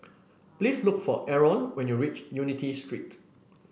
please look for Aron when you reach Unity Street